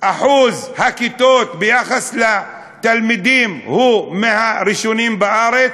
אחוז הכיתות ביחס לתלמידים הוא מהראשונים בארץ,